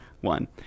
one